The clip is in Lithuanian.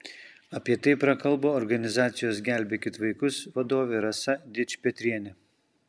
apie tai prakalbo organizacijos gelbėkit vaikus vadovė rasa dičpetrienė